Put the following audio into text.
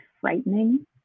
frightening